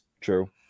True